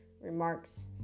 remarks